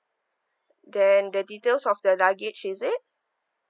then the details of the luggage is it